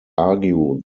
argue